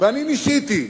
ואני ניסיתי,